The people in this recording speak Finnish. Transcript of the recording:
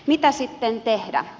mitä sitten tehdä